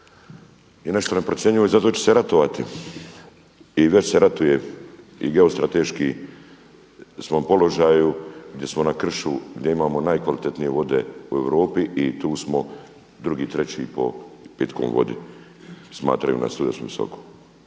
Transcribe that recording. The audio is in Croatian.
je nešto neprocjenjivo i zato će se ratovati i već se ratuje i geostrateški smo u položaju gdje smo na kršu, gdje imamo najkvalitetnije vode u Europi i tu smo drugi, treći po pitkoj vodi, smatraju nas tu da smo visoko.